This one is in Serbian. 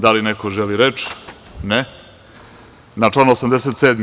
Da li neko želi reč? (Ne.) Na član 87.